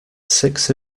six